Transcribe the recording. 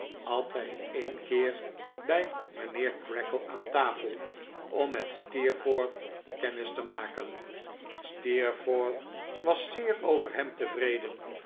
hij een keer bij mijnheer creakle aan tafel om met steerforth kennis te maken steerforth was zeer over hem tevreden